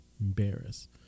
embarrass